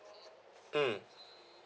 mm